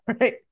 right